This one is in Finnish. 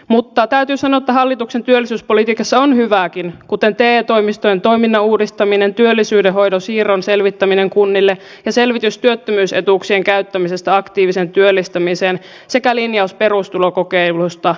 mutta täytyy sanoa että hallituksen työllisyyspolitiikassa on hyvääkin kuten te toimistojen toiminnan uudistaminen työllisyyden hoidon siirron selvittäminen kunnille ja selvitys työttömyysetuuksien käyttämisestä aktiiviseen työllistämiseen sekä linjaus perustulokokeilusta